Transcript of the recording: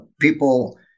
people